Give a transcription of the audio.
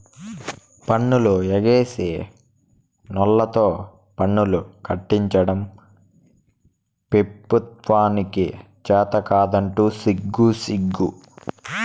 పన్నులు ఎగేసినోల్లతో పన్నులు కట్టించడం పెబుత్వానికి చేతకాదంట సిగ్గుసిగ్గు